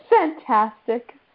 fantastic